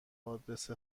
آدرس